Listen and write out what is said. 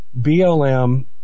BLM